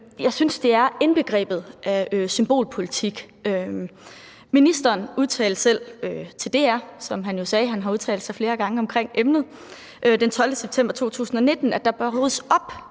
Jeg synes, det er indbegrebet af symbolpolitik. Ministeren udtalte selv til DR – som han sagde, har han udtalt sig flere gange om emnet – den 12. september 2019, at der bør ryddes op